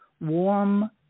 warm